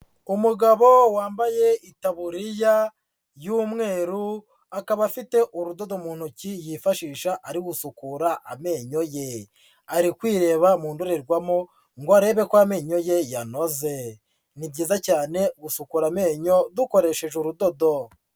Umugabo wambaye itaburiya y'umweru, akaba afite urudodo mu ntoki yifashisha ari gusukura amenyo ye, ari kwireba mu ndorerwamo ngo arebe ko amenyo ye yanoze. Ni byiza cyane gusukura amenyo dukoresheje urudodo.